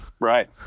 Right